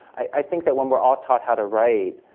i think that when we're all taught how to write,